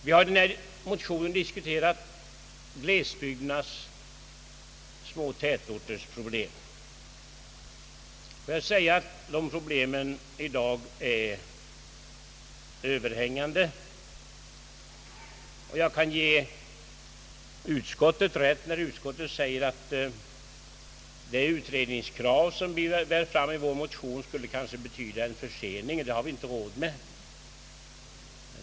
Vi har i vår motion diskuterat glesbygdernas och de små tätorternas problem. De problemen är i dag överhängande, och jag kan ge utskottet rätt, när utskottet säger att det utredningskrav som vi bär fram i vår motion, kanske skulle betyda en försening, vilket vi inte har råd med.